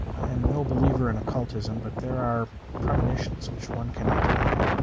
i am no believer in occultism, but there are premonitions which one cannot deny.